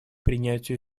принятию